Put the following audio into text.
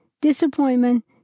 disappointment